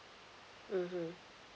mmhmm